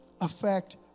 affect